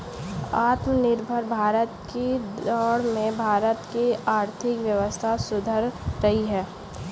आत्मनिर्भर भारत की दौड़ में भारत की आर्थिक व्यवस्था सुधर रही है